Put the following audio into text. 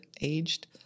aged